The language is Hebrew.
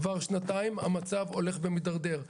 כבר שנתיים המצב הולך ומידרדר.